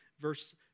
Verse